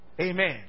Amen